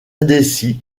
indécis